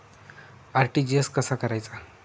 RTGS कसा करायचा?